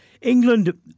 England